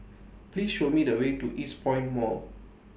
Please Show Me The Way to Eastpoint Mall